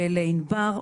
ולענבר.